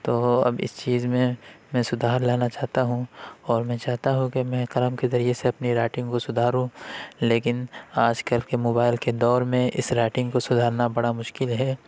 تو اب اس چیز میں میں سدھار لانا چاہتا ہوں اور میں چاہتا ہوں کہ میں قلم کے ذریعے سے اپنی رائٹنگ کو سدھاروں لیکن آج کل کے موبائل کے دور میں اس رائٹنگ کو سدھارنا بڑا مشکل ہے